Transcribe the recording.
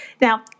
Now